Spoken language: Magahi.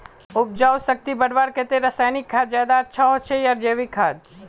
उपजाऊ शक्ति बढ़वार केते रासायनिक खाद ज्यादा अच्छा होचे या जैविक खाद?